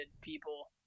People